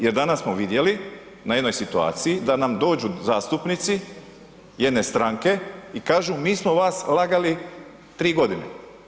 Jer danas smo vidjeli na jednoj situaciji da nam dođu zastupnici jedne stranke i kažu mi smo vas lagali tri godine.